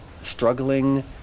struggling